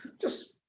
just